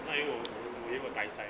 那一我我是为我带赛 mah